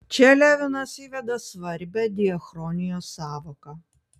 čia levinas įveda svarbią diachronijos sąvoką